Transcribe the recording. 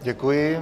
Děkuji.